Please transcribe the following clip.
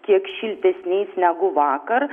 kiek šiltesniais negu vakar